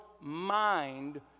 mind